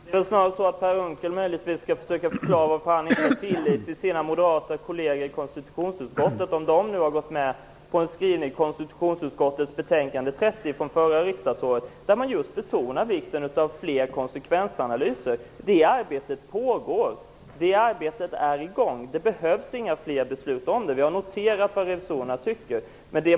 Herr talman! Det är snarare så att Per Unckel om möjligt bör förklara varför han inte har tillit till sina moderata kolleger i konstitutionsutskottet, om de nu gått med på skrivningen i utskottets betänkande nr 30 under förra riksmötet, där man just betonar vikten av fler konsekvensanalyser. Det arbetet pågår, och det behövs inga fler beslut om den saken. Vi har noterat vad revisorerna tycker.